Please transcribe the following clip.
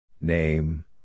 Name